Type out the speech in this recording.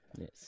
Yes